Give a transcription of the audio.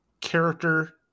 character